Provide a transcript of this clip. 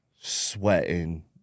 sweating